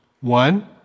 One